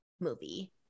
movie